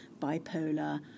bipolar